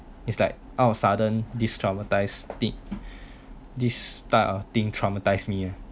it's like out of sudden this traumatize this type of thing traumatize me ah